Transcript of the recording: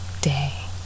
day